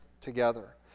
together